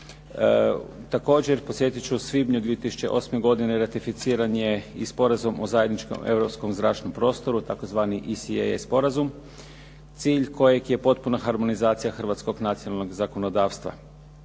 Također, podsjetit ću, u svibnju 2008. godine ratificiran je i Sporazum o zajedničkom europskom zračnom prostoru, tzv. ECAA sporazum, cilj kojeg je potpuna harmonizacija hrvatskog nacionalnog zakonodavstva,